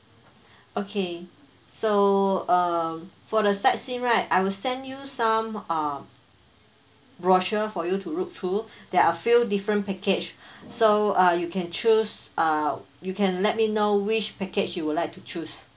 okay so um for the sightseeing right I will send you some uh brochure for you to look through there are few different package so uh you can choose uh you can let me know which package you would like to choose